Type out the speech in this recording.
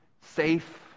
safe